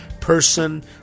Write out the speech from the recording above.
person